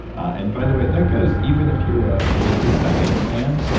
and by the way, that goes even if you're a bulletproof diet fan,